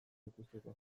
ikusteko